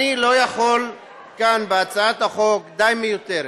אני לא יכול כאן, הצעת החוק די מיותרת,